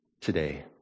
today